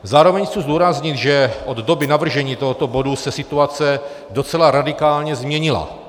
Zároveň chci zdůraznit, že od doby navržení tohoto bodu se situace docela radikálně změnila.